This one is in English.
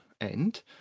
end